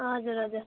हजुर हजुर